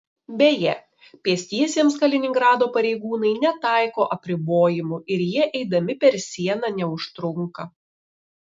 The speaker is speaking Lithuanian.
beje pėstiesiems kaliningrado pareigūnai netaiko apribojimų ir jie eidami per sieną neužtrunka